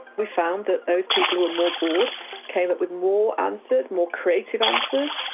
we found that those people who were more bored came up with more answers, more creative answers,